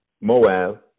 Moab